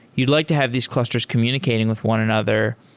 you'd like to have these clusters communicating with one another.